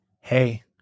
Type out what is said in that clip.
Hey